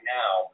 now